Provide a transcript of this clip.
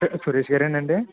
సురేష్ గారేనా అండి